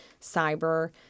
cyber